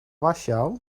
warschau